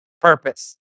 purpose